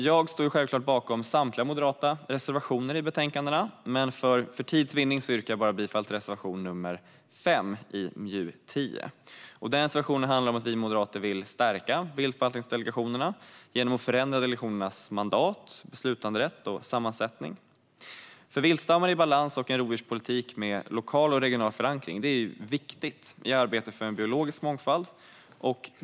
Jag står självklart bakom samtliga moderata reservationer i betänkandena, men för tids vinnande yrkar jag bara bifall till reservation nr 5 i MJU10. Den reservationen handlar om att vi moderater vill stärka viltförvaltningsdelegationerna genom att förändra delegationernas mandat, beslutanderätt och sammansättning. Att ha viltstammar i balans och en rovdjurspolitik med lokal och regional förankring är viktigt i arbetet för biologisk mångfald.